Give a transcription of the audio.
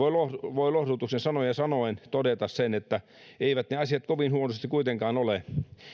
voin lohdutuksen sanoja sanoen todeta sen että eivät ne asiat kovin huonosti kuitenkaan ole